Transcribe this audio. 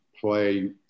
play